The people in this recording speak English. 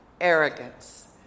arrogance